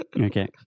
Okay